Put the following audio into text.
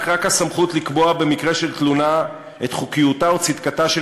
לא רק הסמכות לקבוע במקרה של תלונה את חוקיותה וצדקתה של